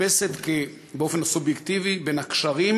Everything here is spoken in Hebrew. נתפסת באופן סובייקטיבי כהבדל בין הקשרים